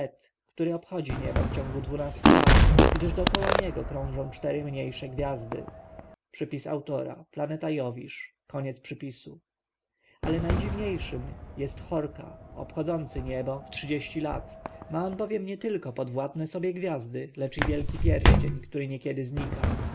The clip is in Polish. który obchodzi niebo w ciągu dwunastu lat gdyż dokoła niego krążą cztery mniejsze gwiazdy ale najdziwniejszym jest horka obchodzący niebo w trzydzieści lat ma on bowiem nietylko